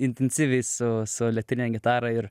intensyviai su su elektrine gitara ir